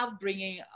bringing